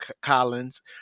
Collins